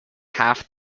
half